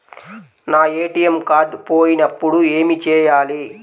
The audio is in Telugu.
నా ఏ.టీ.ఎం కార్డ్ పోయినప్పుడు ఏమి చేయాలి?